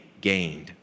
gained